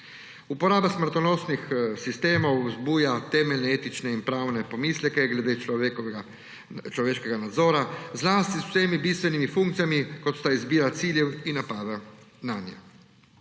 Uporaba smrtonosnih sistemov vzbuja temeljne etične in pravne pomisleke glede človeškega nadzora, zlasti z vsemi bistvenimi funkcijami, kot sta izbira ciljev in napada nanje.